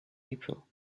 april